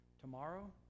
tomorrow